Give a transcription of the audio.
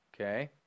okay